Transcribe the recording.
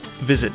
Visit